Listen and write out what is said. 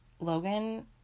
Logan